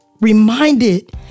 reminded